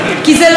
דנ"א.